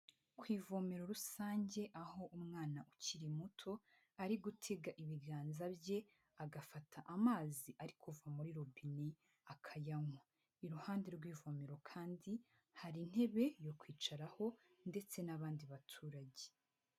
Ku ivomero rusange aho umwana ukiri muto arigutega ibiganza bye agafata amazi ari kuva muri robine akayanywa, iruhande rw'ivomero kandi hari intebe yo kwicaraho ndetse n'abandi baturage.